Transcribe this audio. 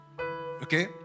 Okay